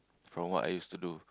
from what I used to do